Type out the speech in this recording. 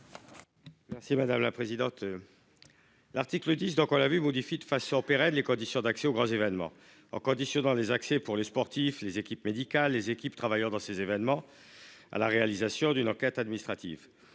Merci madame la présidente. L'article 10. Donc on l'a vue modifient de façon pérenne les conditions d'accès aux grands événements en conditionnant les accès pour les sportifs, les équipes médicales, les équipes travaillant dans ces événements à la réalisation d'une enquête administrative.